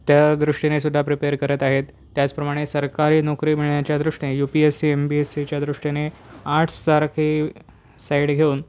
त्या दृष्टीनेसुद्धा प्रिपेअर करत आहेत त्याचप्रमाणे सरकारी नोकरी मिळण्याच्या दृष्टीने UPSC M B S सीच्या दृष्टीने आर्ट्ससारखे साईड घेऊन